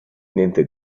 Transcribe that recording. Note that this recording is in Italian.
niente